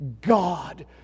God